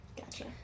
Gotcha